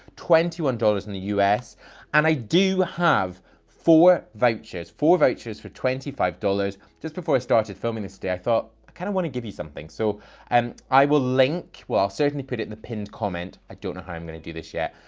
twenty one dollars in the us and i do have four vouchers, four vouchers for twenty five dollars. just before i started filming this day, i thought i kind of want to give you something so and i will link, well, i'll certainly put it in the pinned comment, i don't know how i'm going to do this yet,